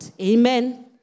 amen